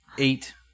Eight